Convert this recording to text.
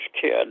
kid